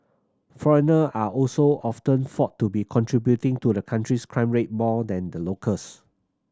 foreigner are also often thought to be contributing to the country's crime rate more than the locals